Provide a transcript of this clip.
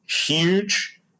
huge